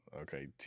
Okay